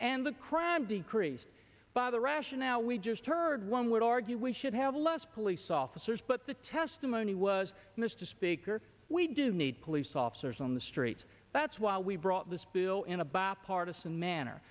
and the crime decreased by the rationale we just heard one would argue we should have less police officers but the testimony was mr speaker we do need police officers on the street that's why we brought this bill in a bipartisan manner